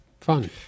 fun